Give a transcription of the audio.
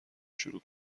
شروع